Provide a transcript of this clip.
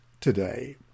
today